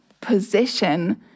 position